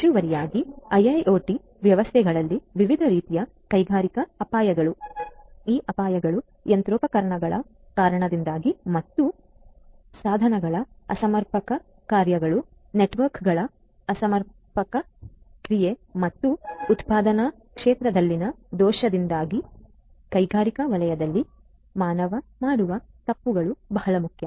ಹೆಚ್ಚುವರಿಯಾಗಿ IIoT ವ್ಯವಸ್ಥೆಗಳಲ್ಲಿ ವಿವಿಧ ರೀತಿಯ ಕೈಗಾರಿಕಾ ಅಪಾಯಗಳು ಈ ಅಪಾಯಗಳು ಯಂತ್ರೋಪಕರಣಗಳ ಕಾರಣದಿಂದಾಗಿ ಮತ್ತು ಹ ಸಾಧನದ ಅಸಮರ್ಪಕ ಕಾರ್ಯಗಳು ನೆಟ್ವರ್ಕ್ಗಳ ಅಸಮರ್ಪಕ ಕ್ರಿಯೆ ಮತ್ತು ಉತ್ಪಾದನಾ ಕ್ಷೇತ್ರದಲ್ಲಿನ ದೋಷದಿಂದಾಗಿ ಕೈಗಾರಿಕಾ ವಲಯದಲ್ಲಿ ಮಾನವ ಮಾಡುವ ತಪ್ಪುಗಳು ಬಹಳ ಮುಖ್ಯ